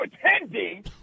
pretending